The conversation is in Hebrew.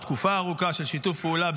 או תקופה ארוכה של שיתוף פעולה,